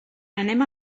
anem